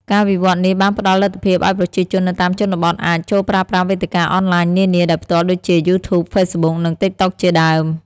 ការវិវត្តនេះបានផ្តល់លទ្ធភាពឲ្យប្រជាជននៅតាមជនបទអាច ចូលប្រើប្រាស់វេទិកាអនឡាញនានា ដោយផ្ទាល់ ដូចជា យូធូប ហ្វេសប៊ុក និង តិកតុក ជាដើម។